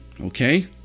okay